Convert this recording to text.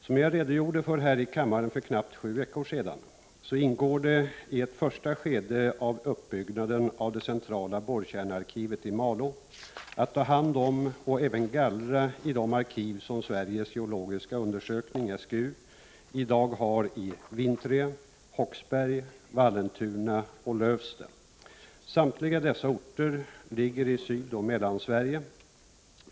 Som jag redogjorde för här i kammaren för knappt sju veckor sedan, ingår det i ett första skede av uppbyggnaden av det centrala borrkärnearkivet i Malå att ta hand om och även gallra i de arkiv som Sveriges geologiska undersökning i dag har i Vintrie, Håksberg, Vallentuna och Lövsta. Samtliga dessa orter ligger i Sydoch Mellansverige.